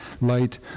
light